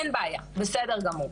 אין בעיה, בסדר גמור.